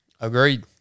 Agreed